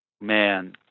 Man